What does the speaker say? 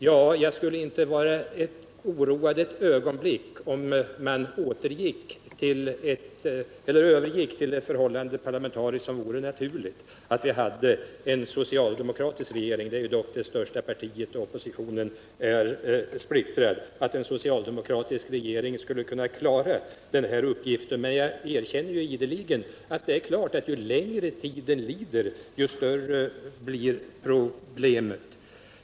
Ja, jag skulle inte ett ögonblick vara oroad om man övergick till ett parlamentariskt förhållande som vore det naturliga, att vi hade en socialdemokratisk regering — socialdemokraterna är ju det största partiet, och oppositionen är splittrad. Den socialdemokratiska regeringen skulle kunna klara denna uppgift. Men jag erkänner också ideligen att det är klart att ju längre tiden lider, desto större blir problemet.